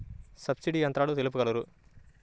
Subsidy యంత్రాలు తెలుపగలరు?